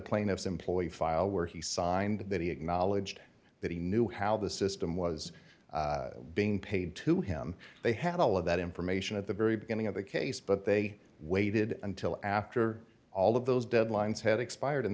plaintiff's employee file where he signed that he acknowledged that he knew how the system was being paid to him they had all of that information at the very beginning of the case but they waited until after all of those deadlines had expired and